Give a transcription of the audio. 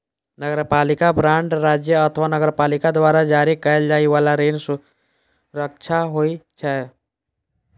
नगरपालिका बांड राज्य अथवा नगरपालिका द्वारा जारी कैल जाइ बला ऋण सुरक्षा होइ छै